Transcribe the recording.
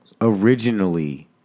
originally